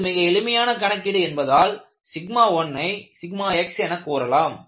இது மிக எளிமையான கணக்கீடு என்பதால் 1ஐ xஎனக் கூறலாம்